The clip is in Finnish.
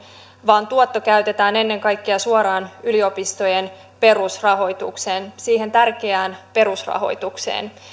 vaan tuotto käytetään ennen kaikkea suoraan yliopistojen perusrahoitukseen siihen tärkeään perusrahoitukseen